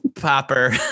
popper